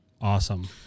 Awesome